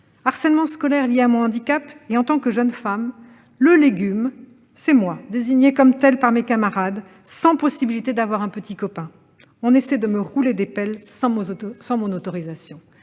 harcèlement scolaire lié à mon handicap et au fait d'être une jeune fille. Le " légume "- c'est moi qui suis désignée comme tel par mes camarades -n'a pas la possibilité d'avoir un petit copain. On essaie de me rouler des pelles sans mon autorisation.